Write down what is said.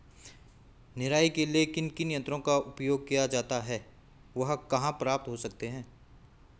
निराई के लिए किन किन यंत्रों का उपयोग किया जाता है वह कहाँ प्राप्त हो सकते हैं?